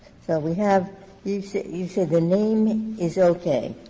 so we have you said you said the name is okay,